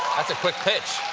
that's a quick pitch.